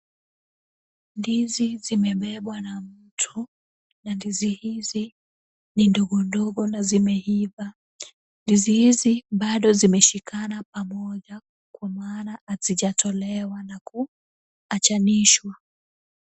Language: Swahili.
Ndizi zimebebwa na mtu na ndizi hizi ni ndogo ndogo na zimeiva. Ndizi hizi bado zimeshikana pamoja kwa maana hazijatolewa na kuachanishwa.